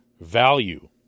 value